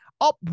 up